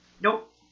nope